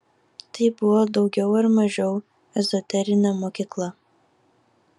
tai buvo daugiau ar mažiau ezoterinė mokykla